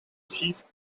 six